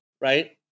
Right